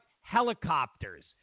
helicopters